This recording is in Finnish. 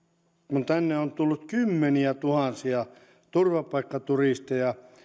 kun tänne on tullut kymmeniätuhansia turvapaikkaturisteja